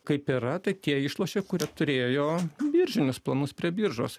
kaip yra tai tie išlošė kurie turėjo biržinius planus prie biržos